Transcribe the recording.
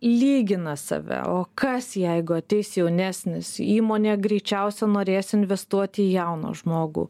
lygina save o kas jeigu ateis jaunesnis įmonė greičiausia norės investuoti į jauną žmogų